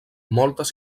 moltes